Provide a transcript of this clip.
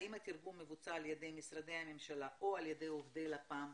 האם התרגום מבוצע על ידי משרדי הממשלה או על ידי עובדי לפ"מ,